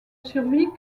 survit